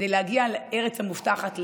כדי להגיע לארץ המובטחת,